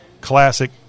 classic